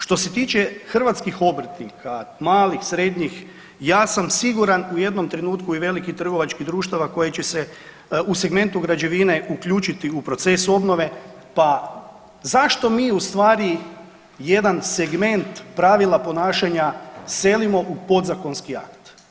Što se tiče hrvatskih obrtnika, malih, srednjih, ja sam siguran u jednom trenutku i velikih trgovačkih društava koja će se u segmentu građevine uključiti u proces obnove, pa zašto mi u stvari jedan segment pravila ponašanja selimo u podzakonski akt.